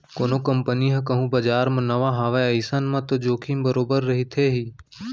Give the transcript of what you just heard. कोनो कंपनी ह कहूँ बजार म नवा हावय अइसन म तो जोखिम बरोबर रहिथे ही